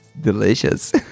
delicious